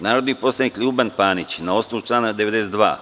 Narodni poslanik Ljuban Panić, na osnovu člana 92.